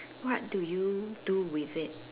what do you do with it